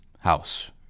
house